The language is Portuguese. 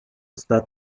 está